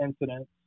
incidents